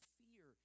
fear